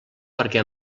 perquè